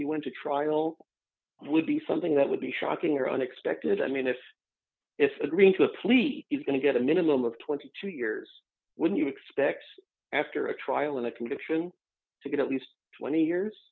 you went to trial would be something that would be shocking or unexpected i mean this is agreeing to a plea is going to get a minimum of twenty two years when you expect after a trial in a conviction to get at least twenty years